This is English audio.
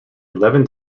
eleven